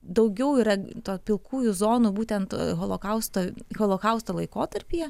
daugiau yra to pilkųjų zonų būtent holokausto holokausto laikotarpyje